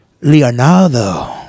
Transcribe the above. Leonardo